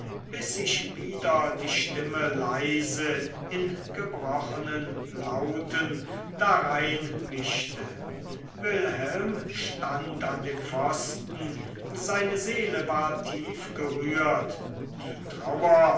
bis sich wieder die stimme leise in gebrochenen lauten darein mischte wilhelm stand an dem pfosten seine seele war tief gerührt die trauer